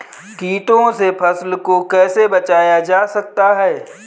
कीटों से फसल को कैसे बचाया जा सकता है?